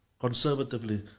conservatively